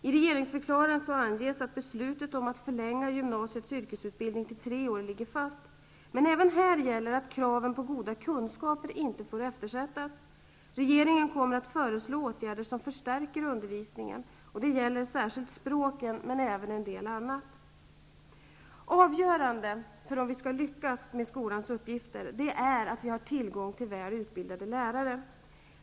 I regeringsförklaringen anges att beslutet om att förlänga gymnasiets yrkesutbildning till tre år ligger fast. Men även här gäller att kraven på goda kunskaper inte får eftersättas. Regeringen kommer att föreslå åtgärder som förstärker undervisningen. Detta gäller särskilt språken, men även en del annat. Avgörande för om skolan skall lyckas med sina uppgifter är att den har tillgång till väl utbildade lärare.